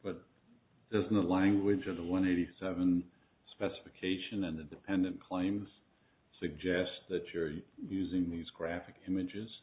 but isn't the language of the one eighty seven specification and independent claims suggest that you're using these graphic images